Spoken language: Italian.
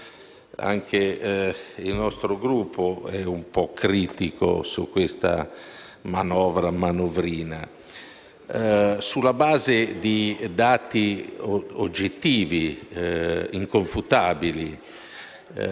sulla base di dati oggettivi ed inconfutabili. In pochi giorni, il Governo italiano ha ricevuto due ambiti riconoscimenti